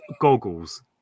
goggles